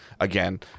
Again